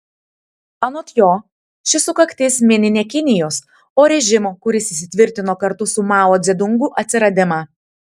anot jo ši sukaktis mini ne kinijos o režimo kuris įsitvirtino kartu su mao dzedungu atsiradimą